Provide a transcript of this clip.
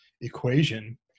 equation